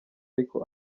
ariko